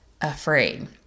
afraid